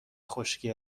خشکی